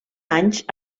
anys